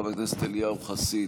חבר הכנסת אליהו חסיד,